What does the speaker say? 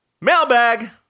mailbag